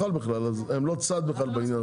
הם לא צד בכלל בעניין.